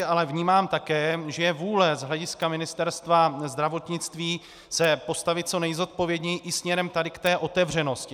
Ale vnímám také, že je vůle z hlediska Ministerstva zdravotnictví se postavit co nejzodpovědněji i směrem tady k té otevřenosti.